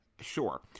sure